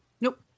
Nope